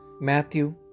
Matthew